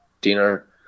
dinner